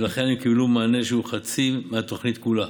ולכן הם קיבלו מענה שהוא חצי מהתוכנית כולה.